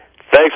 Thanks